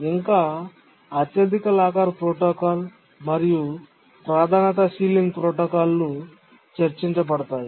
ఇంకా అత్యధిక locker protocol మరియు ప్రాధాన్యత సీలింగ్ ప్రోటోకాల్ చర్చించబడతాయి